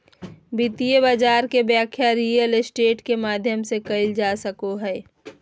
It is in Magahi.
वित्तीय बाजार के व्याख्या रियल स्टेट के माध्यम से कईल जा सको हइ